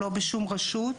לא בשום רשות,